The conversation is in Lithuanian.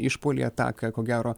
išpuolį ataką ko gero